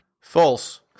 False